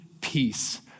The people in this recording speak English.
peace